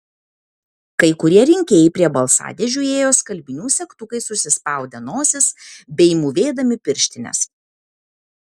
kai kurie rinkėjai prie balsadėžių ėjo skalbinių segtukais užsispaudę nosis bei mūvėdami pirštines